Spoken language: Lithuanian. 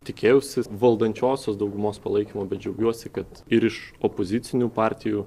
tikėjausi valdančiosios daugumos palaikymo bet džiaugiuosi kad ir iš opozicinių partijų